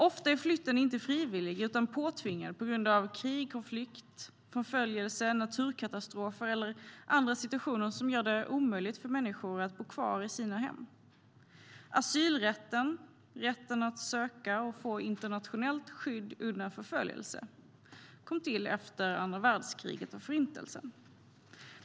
Ofta är flytten inte frivillig utan påtvingad på grund av krig, konflikt, förföljelse, naturkatastrofer eller andra situationer som gör det omöjligt för människor att bo kvar i sina hem. Asylrätten - rätten att söka och få internationellt skydd undan förföljelse - kom till efter andra världskriget och Förintelsen.